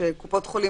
לזה שקופות חולים,